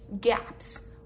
gaps